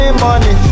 money